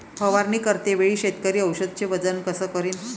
फवारणी करते वेळी शेतकरी औषधचे वजन कस करीन?